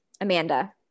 Amanda